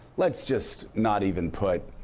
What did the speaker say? let's just not even put